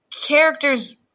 characters